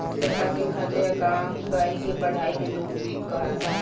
सरकार के खर्चा आ कमाई के पढ़ाई के लोक वित्त कहाला